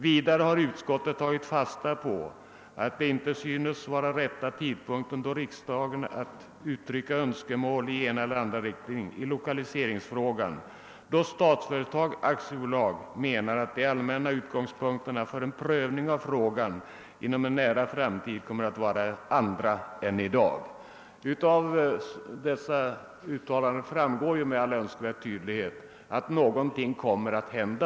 Vidare har utskottet tagit fasta på att det inte nu synes vara rätta tidpunkten för riksdagen att uttrycka önskemål — i ena eller andra riktningen — i lokaliseringsfrågan då Statsföretag AB menar att de allmänna utgångspunkterna för en prövning av frågan inom en nära framtid kommer. att vara andra än i dag.» Av dessa uttalanden framgår med all önskvärd tydlighet att någonting kommer att hända.